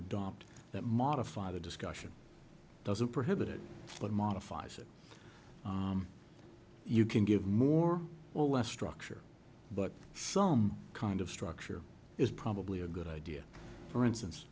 that modify the discussion doesn't prohibit it but modifies it you can give more or less structure but some kind of structure is probably a good idea for instance